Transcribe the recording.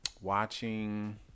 watching